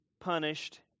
punished